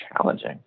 challenging